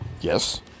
Yes